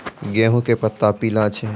गेहूँ के पत्ता पीला छै?